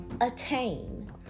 attain